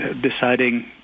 deciding